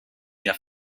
wir